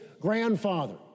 grandfather